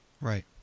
Right